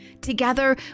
Together